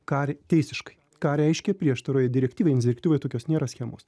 ką re teisiškai ką reiškia prieštaroje direktyvai nes direktyvoj tokios nėra schemos